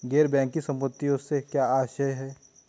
गैर बैंकिंग संपत्तियों से क्या आशय है?